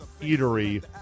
eatery